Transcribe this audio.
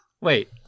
Wait